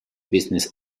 business